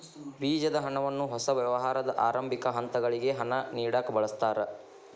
ಬೇಜದ ಹಣವನ್ನ ಹೊಸ ವ್ಯವಹಾರದ ಆರಂಭಿಕ ಹಂತಗಳಿಗೆ ಹಣ ನೇಡಕ ಬಳಸ್ತಾರ